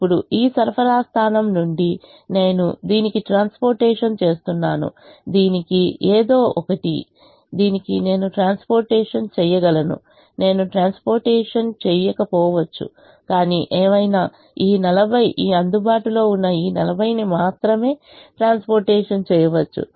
ఇప్పుడు ఈ సరఫరా స్థానం నుండి నేను దీనికి ట్రాన్స్పోర్టేషన్ చేస్తున్నాను దీనికి ఏదో ఒకటి దీనికి నేను ట్రాన్స్పోర్టేషన్ చేయగలను నేను ట్రాన్స్పోర్టేషన్ చేయకపోవచ్చు కానీ ఏమైనా ఈ 40 ఈ అందుబాటులో ఉన్న 40 ని మాత్రమే ట్రాన్స్పోర్టేషన్ చేయవచ్చు